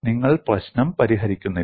നിങ്ങൾ പ്രശ്നം പരിഹരിക്കുന്നില്ല